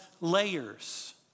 layers